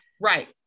Right